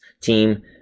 team